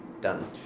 Done